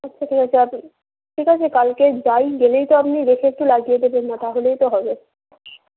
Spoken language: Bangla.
আচ্ছা ঠিক আছে আপনি ঠিক আছে কালকে যাই গেলেই তো আপনি দেখে একটু লাগিয়ে দেবেন না তাহলেই তো হবে